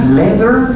leather